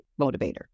motivator